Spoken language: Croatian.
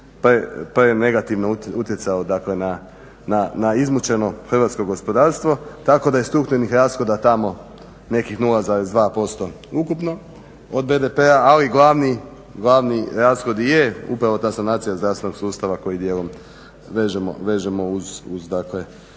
prenegativno utjecao na izmučeno hrvatsko gospodarstvo tako da je strukturnih rashoda tamo nekih 0,2% ukupno od BDP-a, ali glavni rashod i je upravo ta sanacija zdravstvenog sustava koji dijelom vežemo uz